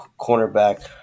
cornerback